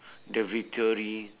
the victory